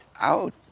out